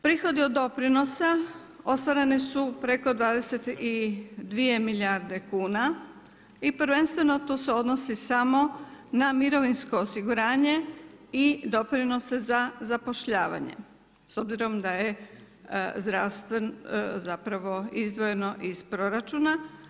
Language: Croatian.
Prihodi od doprinosa, ostvareni su preko 22 milijardi kuna, i prvenstveno to se odnosi na mirovinsko osiguranje i doprinose za zapošljavanje, s obzirom da je zdravstvo, zapravo izdvojeno iz proračuna.